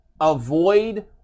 avoid